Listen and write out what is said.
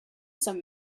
some